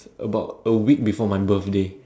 about a week before my birthday